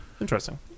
Interesting